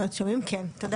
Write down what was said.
תודה